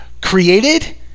created